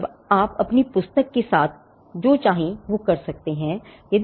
अब आप अपनी पुस्तक के साथ जो चाहें कर सकते हैं